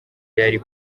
yari